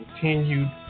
continued